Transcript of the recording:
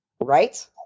Right